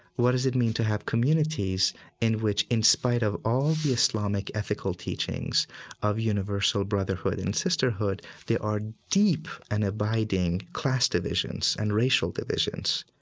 what does it mean to have communities in which in spite of all the islamic ethical teachings of universal brotherhood and sisterhood, there are deep and abiding class divisions and racial divisions?